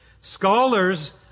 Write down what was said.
Scholars